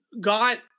got –